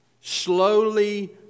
Slowly